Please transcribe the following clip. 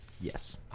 Yes